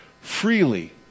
freely